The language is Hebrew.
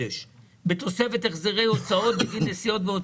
צד ואופן שום סיוע מהמדינה, לא ישיר ולא עקיף.